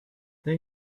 they